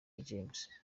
james